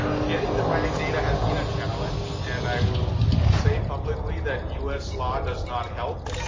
getting the right data has been a challenge. and i will say, publicly, that us law does not help.